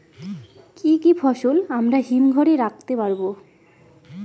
কি কি ফসল আমরা হিমঘর এ রাখতে পারব?